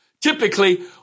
Typically